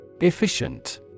Efficient